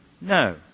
No